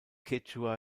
quechua